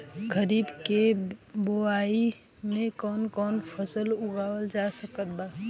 खरीब के बोआई मे कौन कौन फसल उगावाल जा सकत बा?